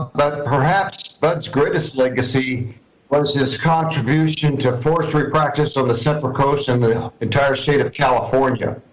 but perhaps, bud's greatest legacy was his contribution to forestry practice on the central coast and the entire state of california.